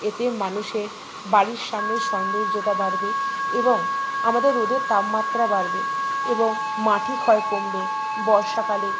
এতে মানুষের বাড়ির সামনের সৌন্দর্যতা বাড়বে এবং আমাদের রোদের তাপমাত্রা বাড়বে এবং মাটি ক্ষয় কমবে বর্ষাকালে